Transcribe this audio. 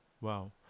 Wow